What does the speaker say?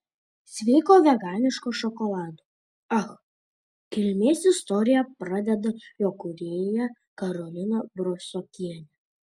sveiko veganiško šokolado ach kilmės istoriją pradeda jo kūrėja karolina brusokienė